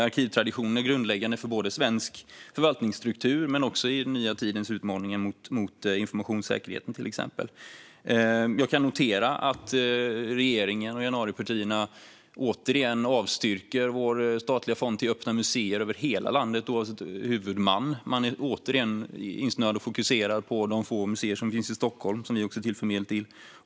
Arkivtraditionen är grundläggande för svensk förvaltningskultur men också i den nya tidens utmaningar för informationssäkerheten, till exempel. Jag kan notera att regeringen och januaripartierna återigen avstyrker vår statliga fond till öppna museer över hela landet, oavsett huvudman. Man är återigen insnöad och fokuserad på de få museer som finns i Stockholm, som vi också tillför medel till.